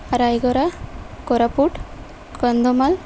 Rayagada Koraput Kandhamal